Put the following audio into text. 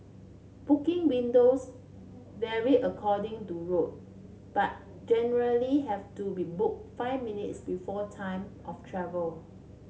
booking windows vary according to route but generally have to be book five minutes before time of travel